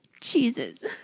Jesus